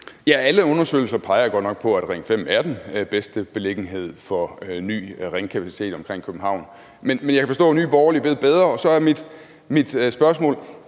Alle undersøgelser peger godt nok på, at Ring 5 er den bedste beliggenhed for ny ringkapacitet omkring København, men jeg kan forstå, at Nye Borgerlige ved bedre. Og så er mit spørgsmål: